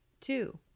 two